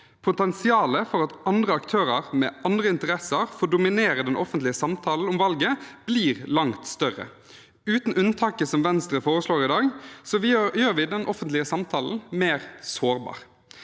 Potensialet for at andre aktører med andre interesser får dominere den offentlige samtalen om valget, blir langt større. Uten unntaket som Venstre foreslår i dag, gjør vi den offentlige samtalen mer sårbar.